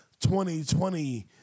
2020